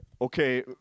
Okay